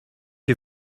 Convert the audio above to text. you